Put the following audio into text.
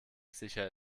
sicher